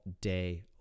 day